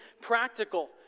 practical